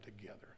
together